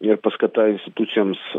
ir paskata institucijoms